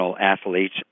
athletes